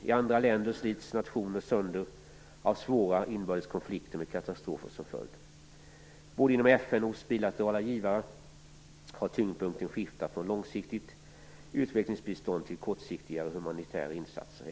I andra länder slits nationer söner av svåra inbördes konflikter med katastrofer som följd. Både inom FN och hos bilaterala givare har tyngdpunkten skiftat från långsiktigt utvecklingsbistånd till kortsiktiga humanitära insatser.